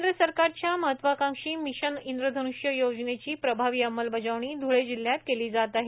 केंद्र सरकारच्या महत्वकांक्षी मिशन इंद्रधन्ष्य योजनेची प्रभावी अंमलबजावणी ध्वळे जिल्ह्यात केली जात आहे